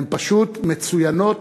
הן פשוט מצוינות,